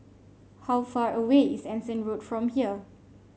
how far away is Anson Road from here